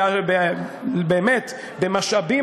באמת במשאבים,